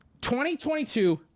2022